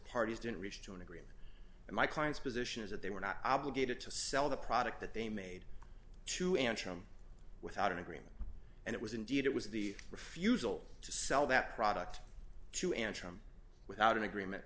parties didn't reach to an agreement and my client's position is that they were not obligated to sell the product that they made to antrim without an agreement and it was indeed it was the refusal to sell that product to antrim without an agreement